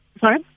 sorry